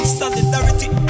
solidarity